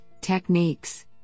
techniques